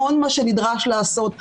המון מה שנדרש לעשות.